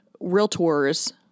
Realtors